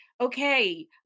okay